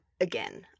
again